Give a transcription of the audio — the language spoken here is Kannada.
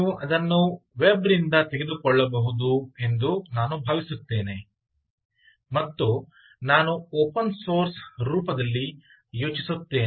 ನೀವು ಅದನ್ನು ವೆಬ್ ನಿಂದ ತೆಗೆದುಕೊಳ್ಳಬಹುದು ಎಂದು ನಾನು ಭಾವಿಸುತ್ತೇನೆ ಮತ್ತು ನಾನು ಓಪನ್ ಸೋರ್ಸ್ ರೂಪದಲ್ಲಿ ಯೋಚಿಸುತ್ತೇನೆ